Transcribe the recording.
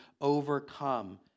overcome